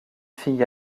fille